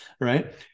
right